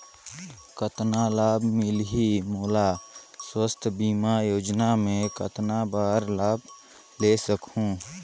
कतना लाभ मिलही मोला? स्वास्थ बीमा योजना मे कतना बार लाभ ले सकहूँ?